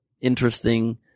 interesting